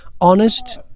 honest